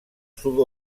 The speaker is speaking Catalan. sud